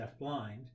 deafblind